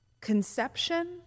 conception